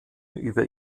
über